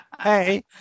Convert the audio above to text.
Hey